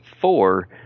four